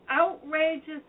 outrageous